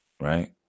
Right